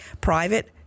private